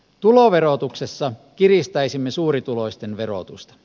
tuloverotuksessa kiristäisimme suurituloisten verotusta